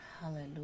hallelujah